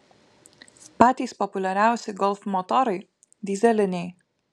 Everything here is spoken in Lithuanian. patys populiariausi golf motorai dyzeliniai